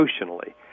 emotionally